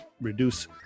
reduce